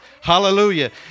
Hallelujah